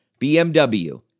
BMW